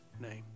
name